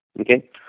okay